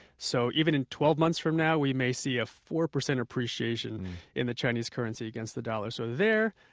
so, even in twelve months from now, we may see a four percent appreciation in the chinese currency against the dollar, so there,